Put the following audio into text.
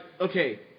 okay